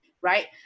Right